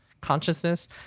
consciousness